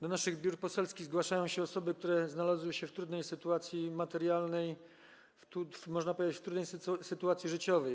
Do naszych biur poselskich zgłaszają się osoby, które znalazły się w trudnej sytuacji materialnej, można powiedzieć: w trudnej sytuacji życiowej.